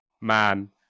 man